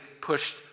pushed